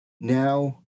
now